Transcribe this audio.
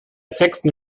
sechsten